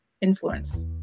influence